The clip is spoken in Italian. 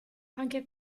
anche